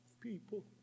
people